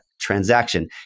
transaction